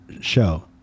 show